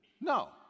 No